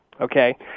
okay